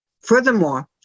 Furthermore